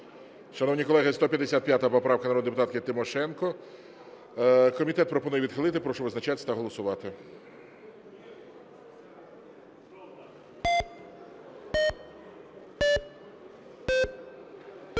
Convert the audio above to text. Шановні колеги, 155 поправка народної депутатки Тимошенко. Комітет пропонує відхилити. Прошу визначатись та голосувати.